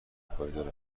پایدار